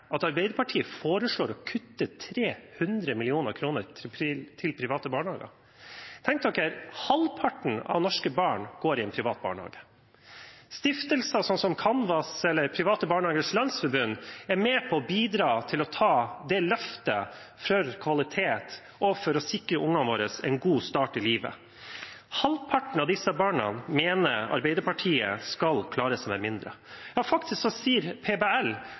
at Arbeiderpartiet foreslår å kutte 300 mill. kr til private barnehager. Halvparten av norske barn går i en privat barnehage. Stiftelser som Canvas og Private Barnehagers Landsforbund er med på å bidra til løftet for kvalitet og for å sikre ungene våre en god start i livet. Arbeiderpartiet mener at halvparten av disse barna skal klare seg med mindre. Faktisk sier PBL at for småtrinnet vil kuttet på 300 mill. kr, hvis man fordeler det riktig, utgjøre så